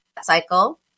cycle